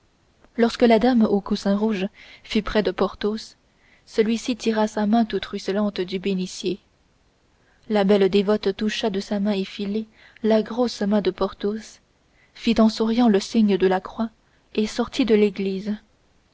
lorsque la dame au coussin rouge fut près de porthos porthos tira sa main toute ruisselante du bénitier la belle dévote toucha de sa main effilée la grosse main de porthos fit en souriant le signe de la croix et sortit de l'église